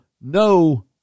no